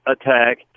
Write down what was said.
attack